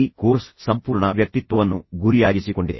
ಈಗ ಇಲ್ಲಿ ಕೋರ್ಸ್ ಸಂಪೂರ್ಣ ವ್ಯಕ್ತಿತ್ವವನ್ನು ಗುರಿಯಾಗಿಸಿಕೊಂಡಿದೆ